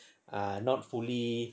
ah not fully